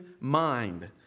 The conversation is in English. mind